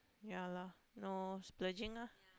ya lah no splurging lah